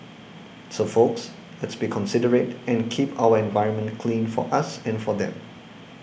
so folks let's be considerate and keep our environment clean for us and for them